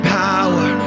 power